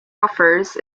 offers